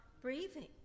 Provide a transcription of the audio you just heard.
breathing